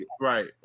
Right